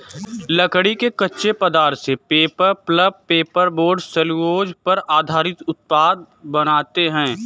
लकड़ी के कच्चे पदार्थ से paper, pulp, paper board, cellulose पर आधारित उत्पाद बनाते हैं